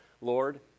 Lord